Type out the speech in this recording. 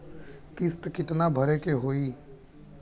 किस्त कितना भरे के होइ?